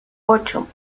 ocho